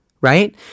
right